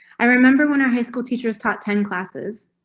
i remember when are high school teachers taught ten classes.